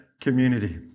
community